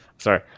Sorry